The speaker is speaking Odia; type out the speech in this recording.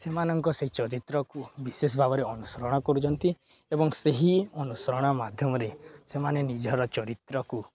ସେମାନଙ୍କ ସେହି ଚରିତ୍ରକୁ ବିଶେଷ ଭାବରେ ଅନୁସରଣ କରୁଛନ୍ତି ଏବଂ ସେହି ଅନୁସରଣ ମାଧ୍ୟମରେ ସେମାନେ ନିଜର ଚରିତ୍ରକୁ